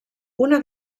una